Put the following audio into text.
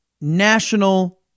national